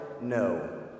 No